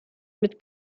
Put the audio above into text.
mit